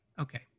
Okay